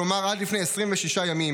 כלומר עד לפני 26 ימים,